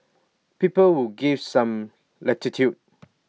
people will give some latitude